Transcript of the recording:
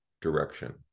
direction